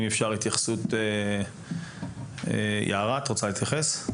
אם אפשר התייחסות, יערה, את רוצה להתייחס?